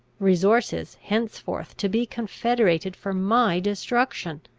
resources henceforth to be confederated for my destruction!